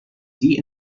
die